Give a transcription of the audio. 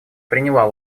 приняла